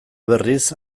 berriz